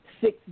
six